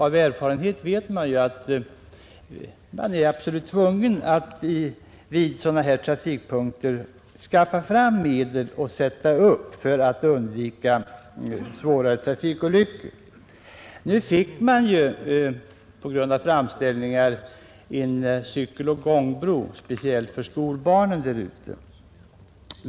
Av erfarenhet vet jag att man när det gäller sådana här trafikpunkter är absolut tvungen att skaffa fram medel och sätta upp signaler för att undvika svårare trafikolyckor. På grund av framställningar fick man en cykeloch gångbro speciellt för skolbarnen där ute.